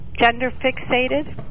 gender-fixated